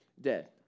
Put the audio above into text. dead